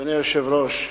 אדוני היושב-ראש,